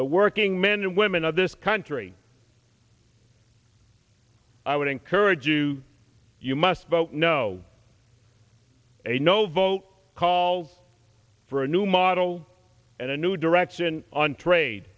the working men and women of this country i would encourage you you must vote no a no vote calls for a new model and a new direction on trade